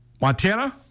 Montana